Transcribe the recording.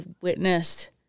witnessed